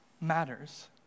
matters